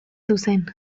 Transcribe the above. zuzen